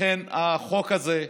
לכן החוק הזה,